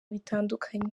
bitandukanye